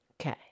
Okay